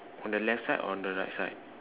on the left side or on the right side